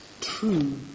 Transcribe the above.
true